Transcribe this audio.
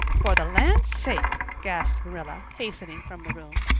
for the land's sake! gasped marilla, hastening from the room.